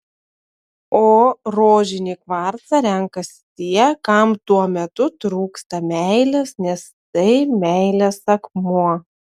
o rožinį kvarcą renkasi tie kam tuo metu trūksta meilės nes tai meilės akmuo